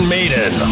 Maiden